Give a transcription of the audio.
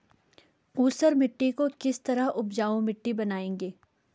ऊसर मिट्टी को किस तरह उपजाऊ मिट्टी बनाएंगे?